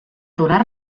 donar